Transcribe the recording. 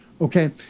Okay